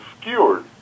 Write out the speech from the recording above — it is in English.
skewered